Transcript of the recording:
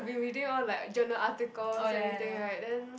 been reading all like journal articles and everything right then